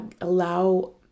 allow